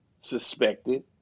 suspected